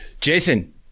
Jason